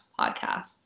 podcasts